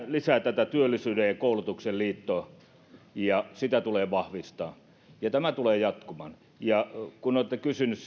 lisää tätä työllisyyden ja koulutuksen liittoa ja sitä tulee vahvistaa ja tämä tulee jatkumaan olette kysyneet